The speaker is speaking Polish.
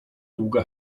długa